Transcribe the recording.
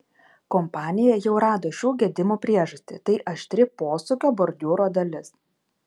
kompanija jau rado šių gedimų priežastį tai aštri posūkio bordiūro dalis